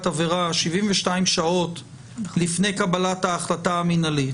עבירה 72 שעות לפני קבלת ההחלטה המינהלית?